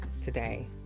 today